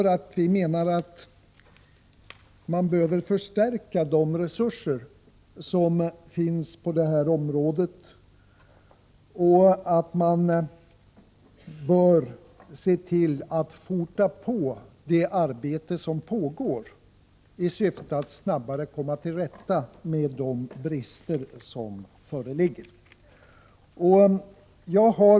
Vi anser att man bör förstärka de resurser som finns på detta område och att man bör påskynda det arbete som pågår i syfte att komma till rätta med bristerna.